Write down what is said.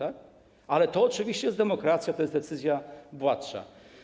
Ale to oczywiście jest demokracja, to jest decyzja władcza.